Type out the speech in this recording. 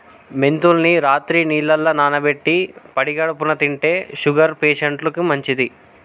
మెంతుల్ని రాత్రి నీళ్లల్ల నానబెట్టి పడిగడుపున్నె తింటే షుగర్ పేషంట్లకు మంచిది